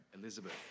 Elizabeth